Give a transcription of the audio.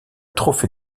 trophée